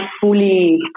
fully